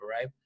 right